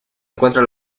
encuentra